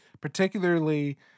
particularly